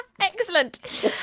Excellent